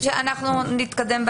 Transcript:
אנחנו נתקדם.